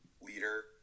leader